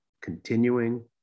continuing